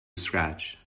scratch